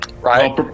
Right